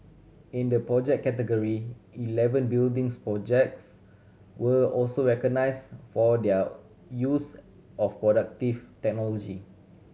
in the project category eleven buildings projects were also recognise for their use of productive technology